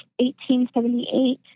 1878